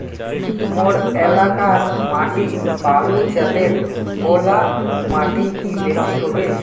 मोर एलाकार माटी बालू जतेर ओ ला माटित की बेसी हबे?